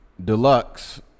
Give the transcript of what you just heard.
Deluxe